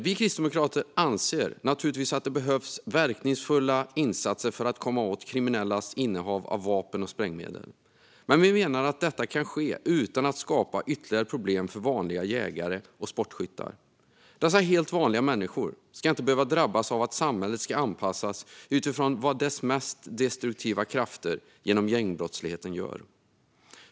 Vi kristdemokrater anser naturligtvis att det behövs verkningsfulla insatser för att komma åt kriminellas innehav av vapen och sprängmedel, men vi menar att detta kan ske utan att skapa ytterligare problem för vanliga jägare och sportskyttar. Dessa helt vanliga människor ska inte behöva drabbas av att samhället ska anpassas utifrån vad dess mest destruktiva krafter genom gängbrottsligheten gör.